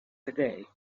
today